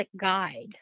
guide